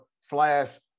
slash